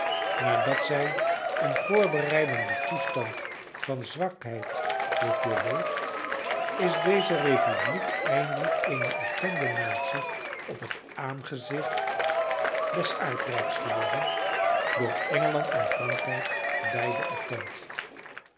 nadat zij een voorbereidenden toestand van zwakheid heeft doorleefd is deze republiek eindelijk eene erkende natie op het aangezicht des aardrijks geworden door engeland en frankrijk beide erkend